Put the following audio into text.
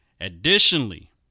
Additionally